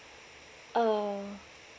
uh